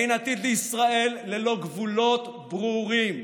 אין עתיד לישראל ללא גבולות ברורים,